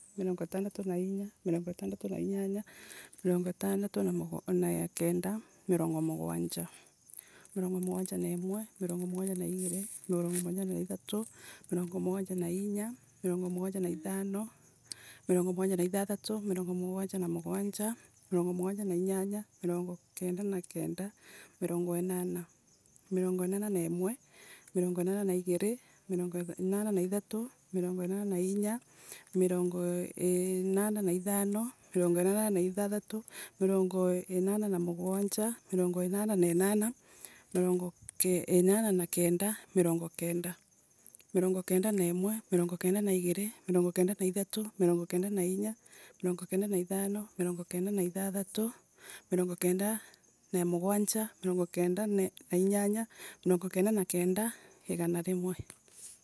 Mirongo itandatu inya, mirongo itandatu na mirongo itandatu na kenda, mirongo mugwanja. Mirongo mugwanja na imwe mirongo mugwanja na igiiri mirongo mugwanja na ithatu mirongo mugwanja na inya, mirongo mugwanja na ithano, mirongo mugwanja na ithathatu, mirongo mugwanja na mugwanja mirongo mugwanja na inyanya, mirongo mugwanja na kenda mirongo Inana, mirongo inana na imwe mirongo ianan na igiiri, mirongo ianan na ithatu, mirongo inana na inya, mirongo inana na ithano, mirongo inana na ithathatu, mirongo inana na mugwanja mirongo inana na inana mirongo inana na kenda mirongo kenda. mirongo kenda na imwe mirongo kenda igiiri mirongo kenda na ithatu, mirongo kenda na inya, mirongo kenda na ithano mirongo kenda na ithathatu mironngo kenda na mugwanja mirongo kenda inyanya mirongo kenda na kenda igana rimwe.